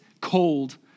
cold